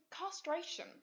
castration